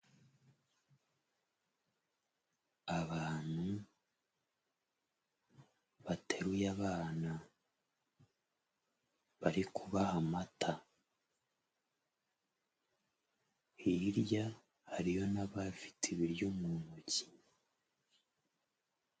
Abantu bateruye abana, bari kubaha amata, hirya hariyo n'abafite ibiryo mu ntoki.